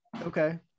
Okay